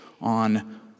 on